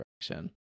direction